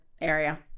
area